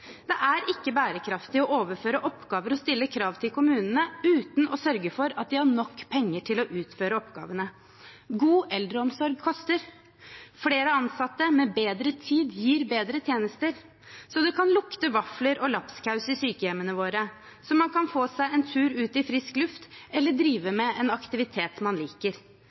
Det er ikke bærekraftig å overføre oppgaver og stille krav til kommunene uten å sørge for at de har nok penger til å utføre oppgavene. God eldreomsorg koster. Flere ansatte med bedre tid gir bedre tjenester – så det kan lukte vafler og lapskaus i sykehjemmene våre, så man kan få seg en tur ut i frisk luft eller drive med en aktivitet man liker.